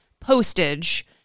postage